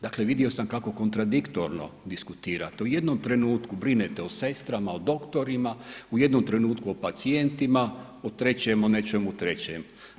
Dakle, vidio sam kako kontradiktorno diskutirate, u jednom trenutku brinete o sestrama, o doktorima, u jednom trenutku o pacijentima, u trećem o nečemu trećem.